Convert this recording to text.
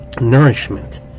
nourishment